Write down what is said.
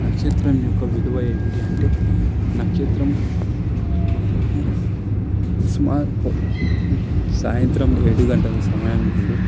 నక్షత్రం యొక్క విలువ ఏమిటి అంటే నక్షత్రం మనకు సుమారు సాయంత్రం ఏడు గంటల సమయం నుండి